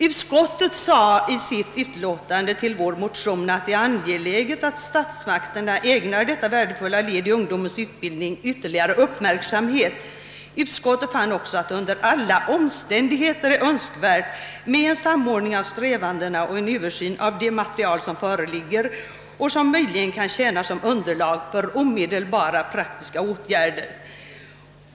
Utskottet skrev den gången om vår motion att det är angeläget att statsmakterna ägnar detta värdefulla led i ungdomens utbildning ytterligare uppmärksamhet. Utskottet fann också att det under alla omständigheter är önskvärt med en samordning av strävandena och en översyn av det material som föreligger och som möjligen kan tjäna som underlag för omedelbara praktiska åtgärder.